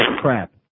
crap